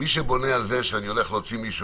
מי שבונה על זה שאני הולך להוציא מישהו